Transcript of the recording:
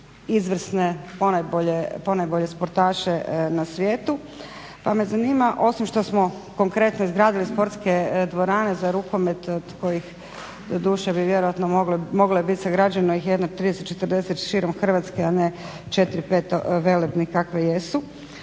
izvrne ponajbolje sportaše na svijetu. Pa me zanima osim što smo konkretno izgradili sportske dvorane za rukomet od kojih doduše bi vjerojatno moglo ih je biti sagrađeno 30, 40 širom Hrvatske a ne 4, 5 velebnih kakve jesu,